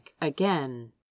again